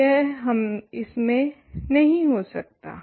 तो यह इसमें नहीं हो सकता